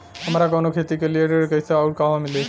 हमरा कवनो खेती के लिये ऋण कइसे अउर कहवा मिली?